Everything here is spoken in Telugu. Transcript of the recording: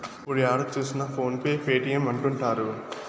ఇప్పుడు ఏడ చూసినా ఫోన్ పే పేటీఎం అంటుంటారు